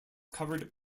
covered